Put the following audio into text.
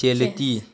yes